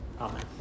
Amen